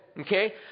Okay